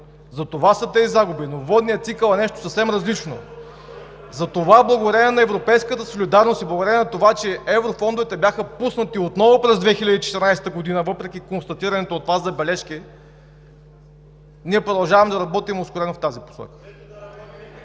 затова са тези загуби, водният цикъл е нещо съвсем различно. Благодарение на европейската солидарност и благодарение на това, че еврофондовете бяха пуснати отново през 2014 г., въпреки констатираните от Вас забележки, ние продължаваме да работим ускорено в тази посока.